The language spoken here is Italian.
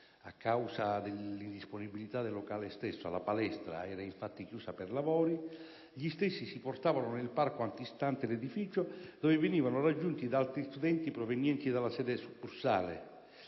a causa dell'indisponibilità del locale stesso (la palestra era infatti chiusa per lavori), gli stessi si portavano nel parco antistante l'edificio, dove venivano raggiunti da altri studenti provenienti dalla sede succursale.